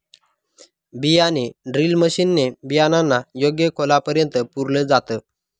बियाणे drill machine ने बियाणांना योग्य खोलापर्यंत पुरल जात